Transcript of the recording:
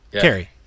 Carrie